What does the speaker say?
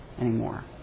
anymore